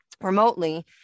remotely